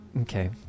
Okay